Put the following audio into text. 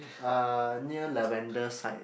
uh near Lavender side